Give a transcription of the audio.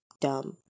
dumb